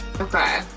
Okay